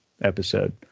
episode